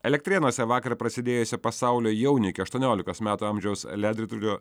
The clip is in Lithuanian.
elektrėnuose vakar prasidėjusio pasaulio jaunių iki aštuoniolikos metų amžiaus ledo ritulio